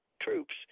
troops